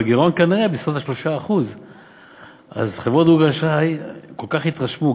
והגירעון כנראה בסביבות 3%. אז חברות דירוג האשראי כל כך התרשמו,